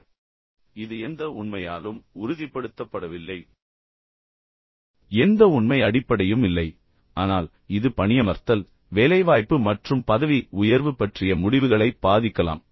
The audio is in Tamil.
இப்போது சுவாரஸ்யமான உண்மை என்னவென்றால் இது எந்த உண்மையாலும் உறுதிப்படுத்தப்படவில்லை எந்த உண்மை அடிப்படையும் இல்லை ஆனால் இது பணியமர்த்தல் வேலைவாய்ப்பு மற்றும் பதவி உயர்வு பற்றிய முடிவுகளை பாதிக்கலாம்